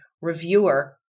reviewer